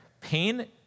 Pain